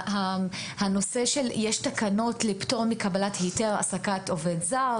ישנן תקנות לפטור מקבלת היתר העסקת עובד זר,